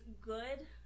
good